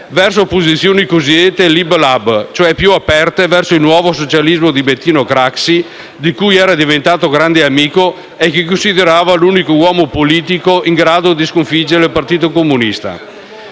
verso posizioni cosiddette «lib-lab», cioè più aperte verso il nuovo socialismo di Bettino Craxi, di cui era diventato grande amico e che considerava l'unico uomo politico in grado di sconfiggere il Partito Comunista.